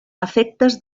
efectes